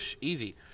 easy